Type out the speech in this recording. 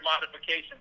modification